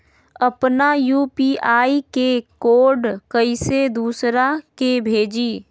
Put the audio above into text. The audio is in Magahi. अपना यू.पी.आई के कोड कईसे दूसरा के भेजी?